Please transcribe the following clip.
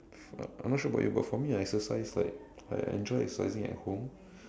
I'm not sure about you but for me I exercise like I enjoy exercising at home